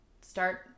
start